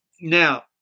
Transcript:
Now